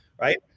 right